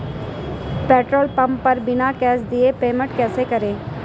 Petrol pump पर बिना cash दिए पेमेंट कैसे करूँ?